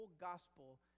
gospel